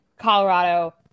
Colorado